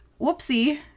Whoopsie